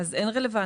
אין רלוונטיות.